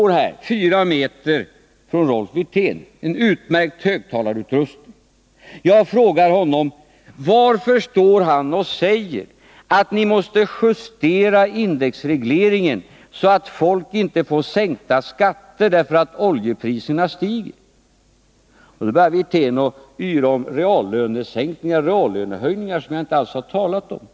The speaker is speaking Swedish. Jag stod 4 meter från Rolf Wirtén med en utmärkt högtalarutrustning till mitt förfogande när jag frågade honom varför han säger att regeringen måste justera indexregleringen så, att folk inte får sänkta skatter därför att oljepriserna stiger. Rolf Wirtén började yra om reallönesänkningar och reallönehöjningar, något som jag inte alls hade talat om.